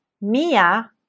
mia